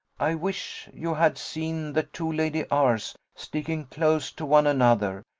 i wish you had seen the two lady r s sticking close to one another,